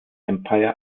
empire